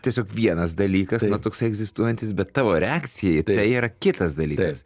tiesiog vienas dalykas na toks egzistuojantis bet tavo reakcija į tai yra kitas dalykas